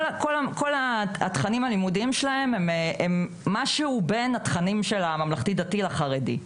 כל התכנים הלימודיים שלהם הם משהו בין התכנים של הממלכתי דתי לחרדי.